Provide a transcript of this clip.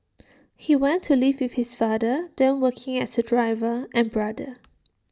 he went to live with his father then working as A driver and brother